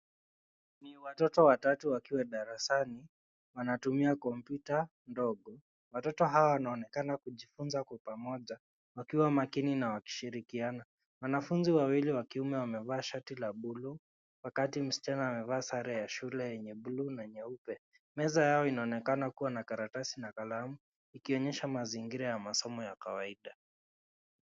Ni watoto watatu wakiwa darasani wanatumia kompyuta ndogo. Watoto hawa wanaonekana kujifunza kwa pamoja wakiwa makini na wakishirikiana. Wanafunzi wawili wa kiume wamevaa shati la buluu wakati msichana amevaa sare ya shule yenye buluu na nyeupe. Meza yao inaonekana kuwa na karatasi na kalamu ikionyesha mazingira ya masomo ya kawaida.